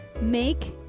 make